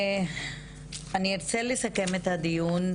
אני ארצה לסכם את הדיון.